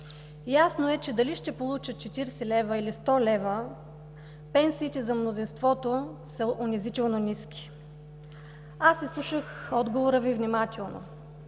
Ясно е, че дали ще получат 40 лв., или 100 лв., пенсиите за мнозинството са унизително ниски. Аз изслушах отговора Ви внимателно,